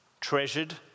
treasured